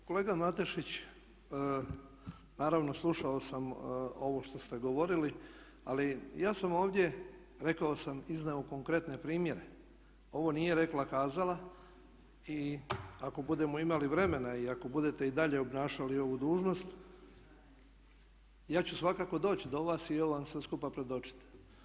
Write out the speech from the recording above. Pa kolega Matešić, naravno slušao sam ovo što ste govorili, ali ja sam ovdje, rekao sam, iznio konkretne primjere, ovo nije rekla kazala i ako budemo imali vremena i ako budete i dalje obnašali ovu dužnost ja ću svakako doći do vas i ovo vam sve skupa predočiti.